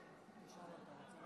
בבקשה.